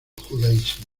judaísmo